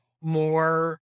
more